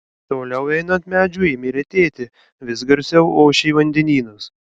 toliau einant medžių ėmė retėti vis garsiau ošė vandenynas